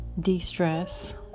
de-stress